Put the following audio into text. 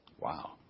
Wow